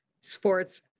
sports